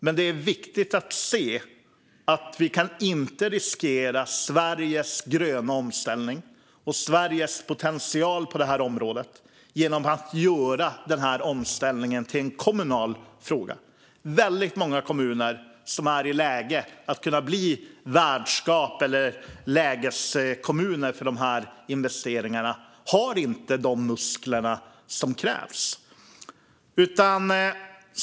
Men det är viktigt att se att vi inte kan riskera Sveriges gröna omställning och Sveriges potential på området genom att göra omställningen till en kommunal fråga. Väldigt många kommuner som är i läge att kunna bli värdskaps eller lägeskommuner för investeringarna har inte de muskler som krävs.